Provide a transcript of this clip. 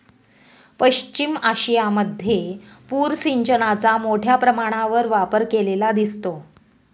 पश्चिम आशियामध्ये पूर सिंचनाचा मोठ्या प्रमाणावर वापर केलेला दिसतो